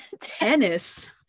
tennis